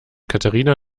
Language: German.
katharina